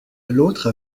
l’autre